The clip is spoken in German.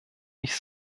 nicht